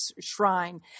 Shrine